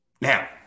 Now